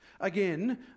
again